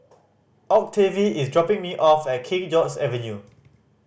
Octavie is dropping me off at King George's Avenue